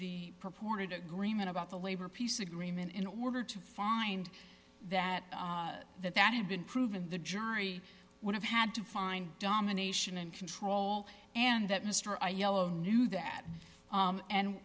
the purported agreement about the labor peace agreement in order to find that that that had been proven the jury would have had to find domination and control and that mr aiello knew that